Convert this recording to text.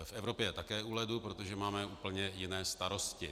V Evropě je také u ledu, protože máme úplně jiné starosti.